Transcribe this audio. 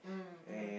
mm mm